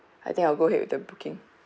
I think I'll go ahead with the booking